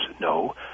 no